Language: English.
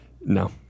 No